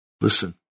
Listen